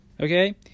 okay